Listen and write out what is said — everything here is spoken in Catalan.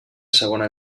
segona